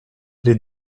les